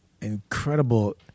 incredible